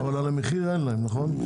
אבל על המחיר אין להם, נכון?